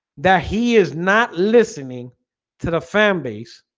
that he is not listening to the fan base